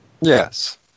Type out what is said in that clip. Yes